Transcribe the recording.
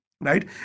Right